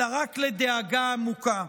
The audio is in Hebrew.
אלא רק לדאגה עמוקה: